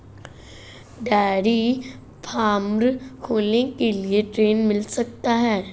Dairy farm खोलने के लिए ऋण मिल सकता है?